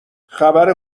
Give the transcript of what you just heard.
خبر